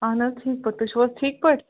اَہن حظ ٹھیٖک پٲٹھۍ تُہۍ چھُو حظ ٹھیٖک پٲٹھۍ